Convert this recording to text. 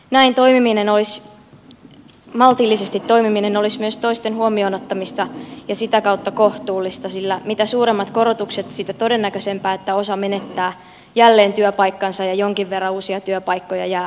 näin maltillisesti toimiminen olisi myös toisten huomioon ottamista ja sitä kautta kohtuullista sillä mitä suuremmat korotukset sitä todennäköisempää että osa menettää jälleen työpaikkansa ja jonkin verran uusia työpaikkoja jää syntymättä